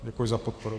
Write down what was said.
Děkuji za podporu.